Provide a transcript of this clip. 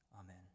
Amen